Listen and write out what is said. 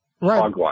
Right